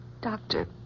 Doctor